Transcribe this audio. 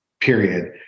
period